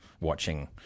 watching